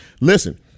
listen